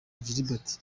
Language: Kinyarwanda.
gilbert